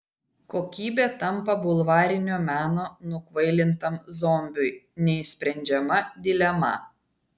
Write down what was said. kokybė tampa bulvarinio meno nukvailintam zombiui neišsprendžiama dilema